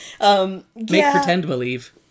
Make-pretend-believe